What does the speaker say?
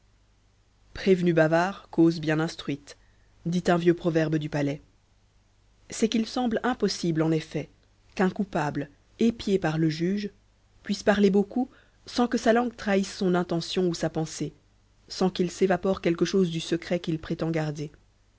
prévenu bavard cause bien instruite dit un vieux proverbe du palais c'est qu'il semble impossible en effet qu'un coupable épié par le juge puisse parler beaucoup sans que sa langue trahisse son intention ou sa pensée sans qu'il s'évapore quelque chose du secret qu'il prétend garder